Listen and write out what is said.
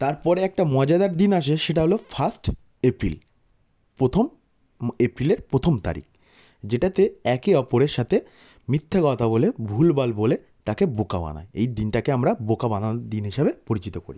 তার পরে একটা মজাদার দিন আসে সেটা হলো ফার্স্ট এপ্রিল প্রথম এপ্রিলের প্রথম তারিখ যেটাতে একে অপরের সাথে মিথ্যে কথা বলে ভুলভাল বলে তাকে বোকা বানায় এই দিনটাকে আমরা বোকা বানানোর দিন হিসাবে পরিচিত করি